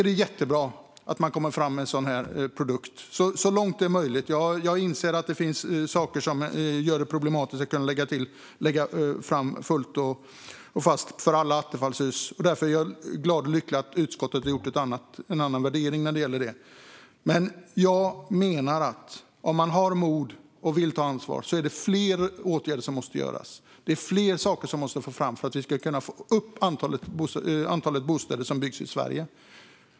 Det är jättebra att man kommer fram med en sådan här produkt, så långt det är möjligt. Jag inser att det finns saker som gör det problematiskt att fullt och fast lägga fram förslag för alla attefallshus. Därför är jag glad och lycklig att utskottet har gjort en annan värdering. Jag menar dock att om man har mod och vill ta ansvar finns det fler åtgärder som måste vidtas. Fler saker måste till för att vi ska få upp antalet bostäder som byggs i Sverige.